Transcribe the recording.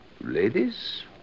Ladies